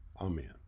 Amen